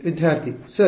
ವಿದ್ಯಾರ್ಥಿ ಸರ್